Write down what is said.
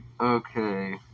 Okay